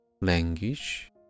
language